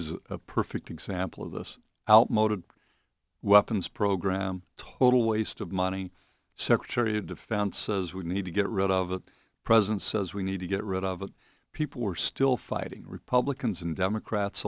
a perfect example of this outmoded weapons program total waste of money secretary of defense says we need to get rid of the president says we need to get rid of it people were still fighting republicans and democrats